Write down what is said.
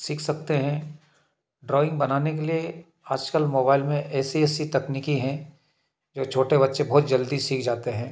सीख सकते हैं ड्राइंग बनाने के लिए आजकल मोबाइल में ऐसी ऐसी तकनीकी हैं जो छोटे बच्चे बहुत जल्दी सीख जाते हैं